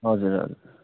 हजुर हजुर